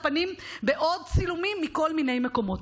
הפנים בעוד צילומים מכל מיני מקומות.